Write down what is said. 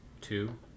Two